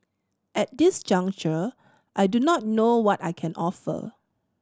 at this juncture I do not know what I can offer